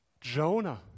Jonah